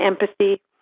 empathy